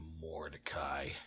Mordecai